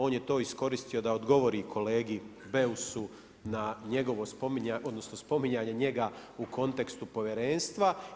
On je to iskoristio da odgovori kolegi Beusu na njegovo spominjanje, odnosno spominjanje njega u kontekstu povjerenstva.